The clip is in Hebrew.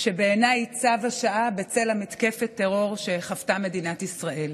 שבעיניי היא צו השעה בצל מתקפת הטרור שחוותה מדינת ישראל.